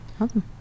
Awesome